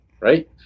Right